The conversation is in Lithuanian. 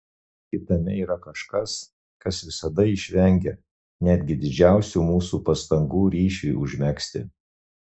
kitame yra kažkas kas visada išvengia netgi didžiausių mūsų pastangų ryšiui užmegzti